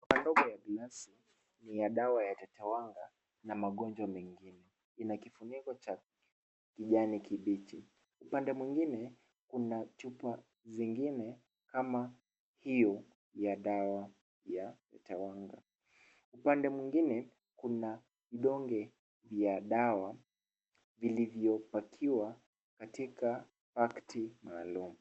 Chupa ndogo ya glasi ya dawa ya tatawanga, na magonjwa mengine, ina kifuniko cha kijani kibichi. Upande mwingine kuna chupa zingine kama hiyo ya dawa ya tatawanga. Upande mwingine kuna vidonge vya dawa vilivyopakiwa katika pakti maalum.